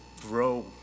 grow